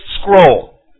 scroll